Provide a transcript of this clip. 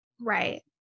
right